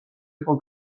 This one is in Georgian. იყო